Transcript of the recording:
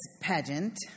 pageant